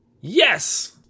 Yes